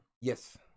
Yes